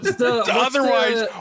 Otherwise